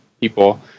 people